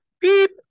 beep